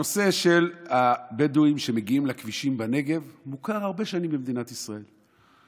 הנושא של הבדואים שמגיעים לכבישים בנגב מוכר הרבה שנים במדינת ישראל.